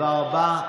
תודה רבה.